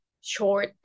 short